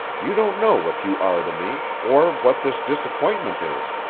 you don't know what you are to me, or what this disappointment is.